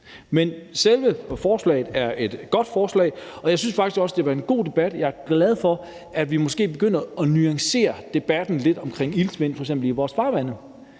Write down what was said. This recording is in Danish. Men selve forslagene er gode forslag, og jeg synes faktisk også, det har været en god debat. Jeg er glad for, at vi måske begynder at nuancere debatten lidt omkring iltsvind, f.eks. i vores farvande.